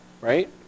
right